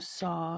saw